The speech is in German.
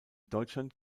deutschland